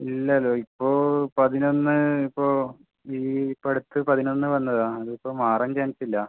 ഇല്ലല്ലോ ഇപ്പോൾ പതിനൊന്ന് ഇപ്പോൾ ഈ ഇപ്പം അടുത്ത് പതിനൊന്ന് വന്നതാണ് അതിപ്പോൾ മാറാൻ ചാൻസില്ല